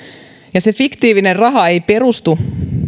ja se fiktiivinen raha ei perustu